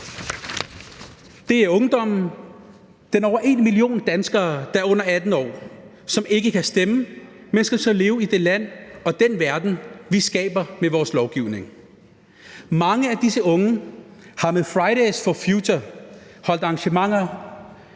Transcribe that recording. Det er ungdommen. Der er over en million danskere, der er under 18 år, som ikke kan stemme, men som skal leve i det land og den verden, vi skaber med vores lovgivning. Mange af disse unge har med Fridays for Future holdt arrangementer